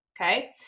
Okay